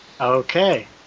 Okay